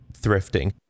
thrifting